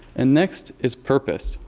and next is purpose.